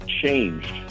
changed